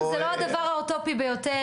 זה לא הדבר האוטופי ביותר,